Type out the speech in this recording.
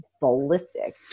ballistic